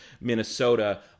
Minnesota